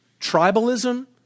tribalism